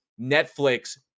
Netflix